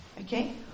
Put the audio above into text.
Okay